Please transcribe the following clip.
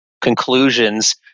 conclusions